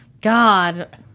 God